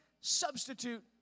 substitute